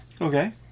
okay